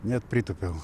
net pritūpiau